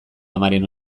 amaren